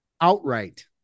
Outright